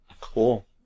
Cool